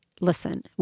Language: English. listen